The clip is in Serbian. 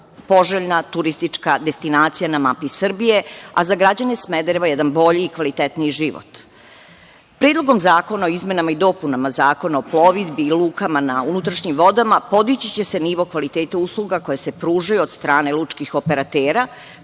poželjna turistička destinacija na mapi Srbije, a za građane Smedereva jedan bolji i kvalitetniji život. Predlogom zakona o izmenama i dopunama Zakona o plovidbi i lukama na unutrašnjim vodama podići će se nivo kvaliteta usluga koje se pružaju od strane lučkih operatera,